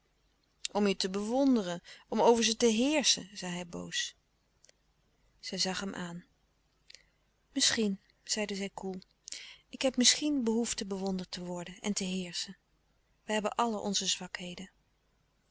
om je te bewonderen om over ze te heerschen zei hij boos zij zag hem aan misschien zeide zij koel ik heb misschien behoefte bewonderd te worden en te heerschen wij hebben allen onze